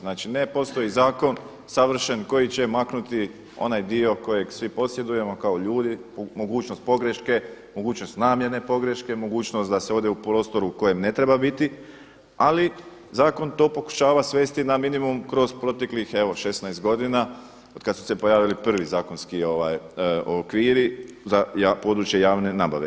Znači ne postoji zakon savršen koji će maknuti onaj dio kojeg svi posjedujemo kao ljudi, mogućnost pogreške, mogućnost namjerne pogreške, mogućnost da se ode u prostor u kojem ne treba biti ali zakon to pokušava svesti na minimum kroz proteklih evo 16 godina otkada su se pojavili prvi zakonski okviri za područje javne nabave.